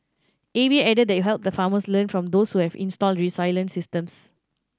A V A added that it help the farmers learn from those who have installed resilient systems